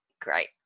great